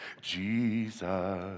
Jesus